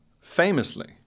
famously